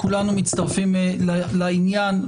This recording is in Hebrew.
כולנו מצטרפים לעניין.